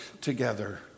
together